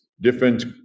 different